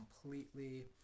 completely